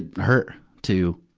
it hurt to